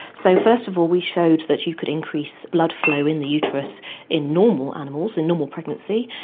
so first of all we showed that you could increase blood flow in the uterus in normal animals, in normal pregnancy.